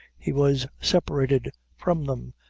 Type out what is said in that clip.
he was separated from them,